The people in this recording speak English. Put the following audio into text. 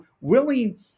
willing